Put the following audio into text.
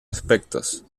aspectos